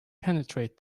penetrate